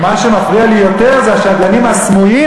ומה שמפריע לי זה השדלנים הסמויים,